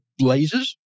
lasers